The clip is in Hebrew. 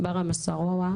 בראא מוצאויי,